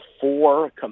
four